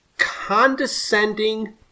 condescending